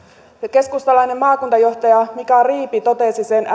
keskustalainen maakuntajohtaja mika riipi totesi sen